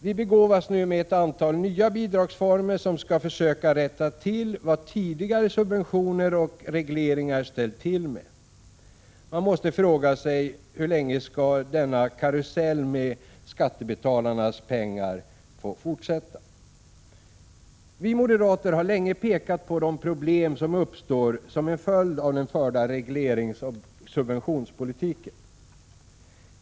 Vi begåvas nu med att antal nya bidragsformer genom vilka man skall försöka rätta till vad tidigare subventioner och regleringar ställt till med. Man måste fråga sig: Hur länge skall denna karusell med skattebetalarnas pengar få fortsätta? Vi moderater har länge pekat på de problem som uppstår som en följd av den förda regleringsoch subventionspolitiken.